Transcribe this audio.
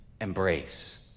embrace